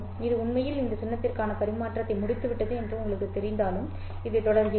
இது உண்மையில் இந்த சின்னத்திற்கான பரிமாற்றத்தை முடித்துவிட்டது என்று உங்களுக்குத் தெரிந்தாலும் இதைத் தொடர்கிறீர்கள்